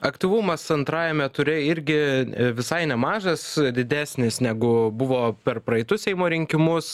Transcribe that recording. aktyvumas antrajame ture irgi visai nemažas didesnis negu buvo per praeitus seimo rinkimus